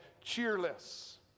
cheerless